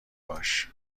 باش